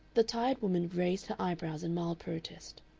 the tired woman raised her eyebrows in mild protest.